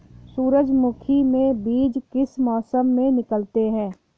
सूरजमुखी में बीज किस मौसम में निकलते हैं?